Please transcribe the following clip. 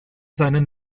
seinen